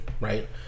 right